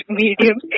medium